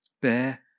Bear